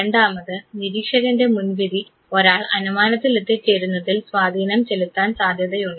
രണ്ടാമത് നിരീക്ഷകൻറെ മുൻവിധി ഒരാൾ അനുമാനത്തിൽ എത്തിച്ചേരുന്നതിൽ സ്വാധീനം ചെലുത്താൻ സാധ്യതയുണ്ട്